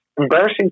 embarrassing